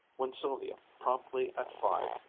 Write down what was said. when sylvia, promptly at five,